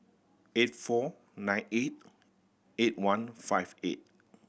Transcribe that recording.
eight four nine eight eight one five eight